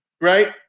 right